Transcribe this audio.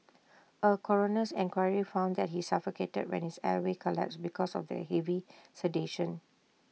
A coroner's inquiry found that he suffocated when his airway collapsed because of the heavy sedation